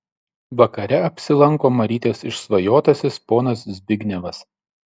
vakare apsilanko marytės išsvajotasis ponas zbignevas